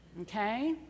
Okay